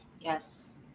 Yes